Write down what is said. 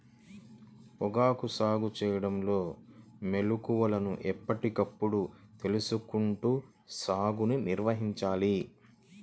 పొగాకు సాగు చేయడంలో మెళుకువలను ఎప్పటికప్పుడు తెలుసుకుంటూ సాగుని నిర్వహించాలి